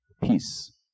Peace